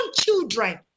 children